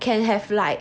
can have like